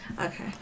Okay